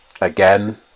again